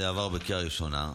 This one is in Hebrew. זה עבר בקריאה ראשונה,